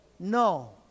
No